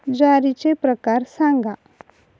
ज्वारीचे प्रकार सांगा